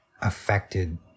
affected